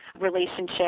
relationship